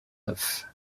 neuf